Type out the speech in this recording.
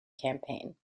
campaign